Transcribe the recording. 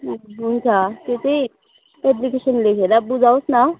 हुन्छ त्यो चाहिँ एप्लिकेसन लेखेर बुझावोस् न